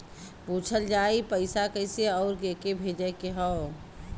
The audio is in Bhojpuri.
पूछल जाई पइसा कैसे अउर के के भेजे के हौ